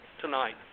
tonight